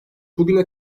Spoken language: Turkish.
bugüne